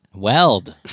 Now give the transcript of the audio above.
Weld